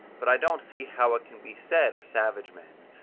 but i don't see how it can be said of savage men,